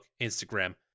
Instagram